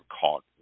caught